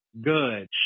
good